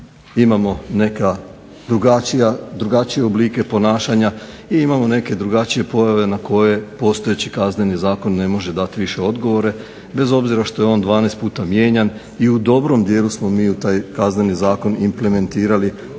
imamo neke drugačije oblike ponašanja i imamo neke drugačije pojave na koje postojeći zakon ne može više dati odgovore, bez obzira što je on 12 puta mijenjan i u dobrom dijelu smo mi u taj Kazneni zakon implementirali i